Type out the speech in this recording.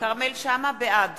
(קוראת בשמות חברי הכנסת) כרמל שאמה, בעד